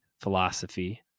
philosophy